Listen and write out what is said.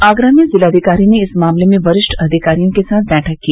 आगरा में जिलाधिकारी ने इस मामले में वरिष्ठ अधिकारियों के साथ बैठक की